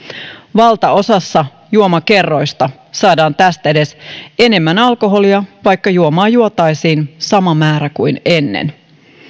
valtaosassa juomakerroista saadaan tästedes enemmän alkoholia vaikka juomaa juotaisiin sama määrä kuin ennen